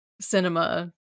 cinema